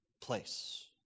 place